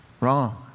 Wrong